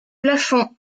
plafonds